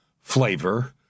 flavor